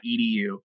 edu